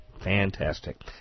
Fantastic